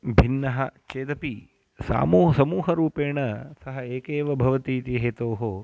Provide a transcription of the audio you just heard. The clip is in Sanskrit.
भिन्नः चेदपि सामूह समूहरूपेण सः एक एव भवति इति हेतोः